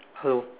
hello